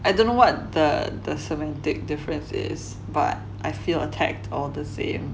I don't know what the the semantic difference is but I feel attacked all the same